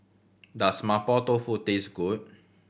does Mapo Tofu taste good